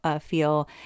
feel